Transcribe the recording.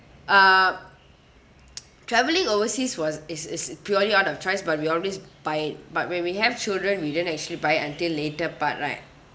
uh travelling overseas was is is purely out of choice but we always buy it but when we have children we didn't actually buy it until later part right